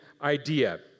idea